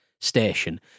station